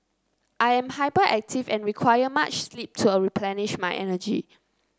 I am hyperactive and require much sleep to a replenish my energy